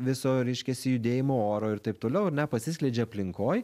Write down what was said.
viso reiškiasi judėjimo oro ir taip toliau ar ne pasiskleidžia aplinkoj